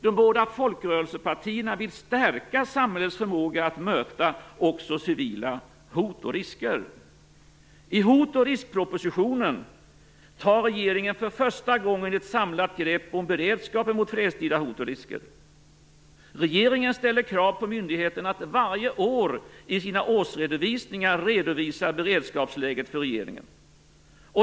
De båda folkrörelsepartierna vill stärka samhällets förmåga att möta också civila hot och risker. I hot-och-risk-propositionen tar regeringen för första gången ett samlat grepp om beredskapen mot fredstida hot och risker. Regeringen ställer krav på myndigheterna att varje år i sina årsredovisningar redovisa beredskapsläget för regeringen.